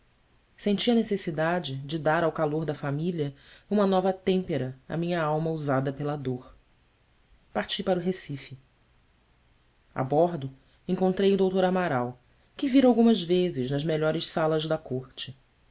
senti a necessidade de dar ao calor da família uma nova têmpera à minha alma usada pela dor parti para o recife a bordo encontrei o dr amaral que vira algumas vezes nas melhores salas da corte